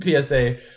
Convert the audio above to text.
PSA